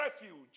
refuge